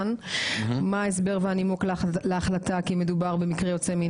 מה הרציונל שהביאו את זה בנפרד ואז --- אוקיי,